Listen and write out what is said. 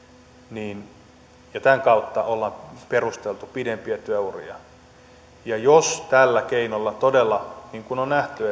ja tämän kautta ollaan perusteltu pidempiä työuria niin jos tällä keinolla todella niin kuin on nähty